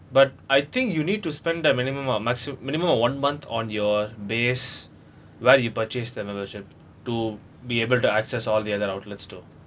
but I think you need to spend a minimum or maximum minimum of one month on your base while you purchase the membership to be able to access all the other outlet store